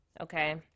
Okay